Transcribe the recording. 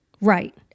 Right